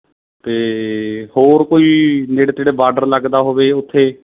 ਅਤੇ ਹੋਰ ਕੋਈ ਨੇੜੇ ਤੇੜੇ ਬਾਡਰ ਲੱਗਦਾ ਹੋਵੇ ਉੱਥੇ